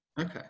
Okay